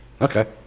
Okay